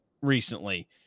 recently